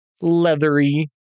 Leathery